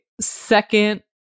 second